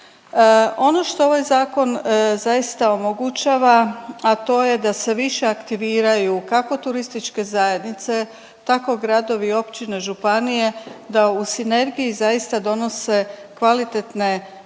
Ono što ovaj Zakon zaista omogućava, a to je da se više aktiviraju, kako turističke zajednice, tako gradovi, općine, županije, da u sinergiji zaista donose kvalitetne planove